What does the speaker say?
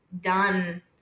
done